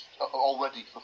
already